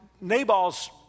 Nabal's